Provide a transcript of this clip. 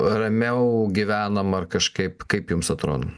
ramiau gyvenam ar kažkaip kaip jums atrodo